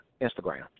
Instagram